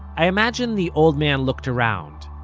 i imagine the old man looked around,